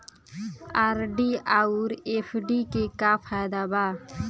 RD आउर FD के का फायदा बा?